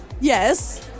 yes